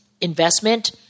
investment